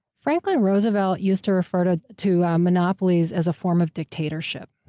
franklin roosevelt used to refer to to ah monopolies as a form of dictatorship.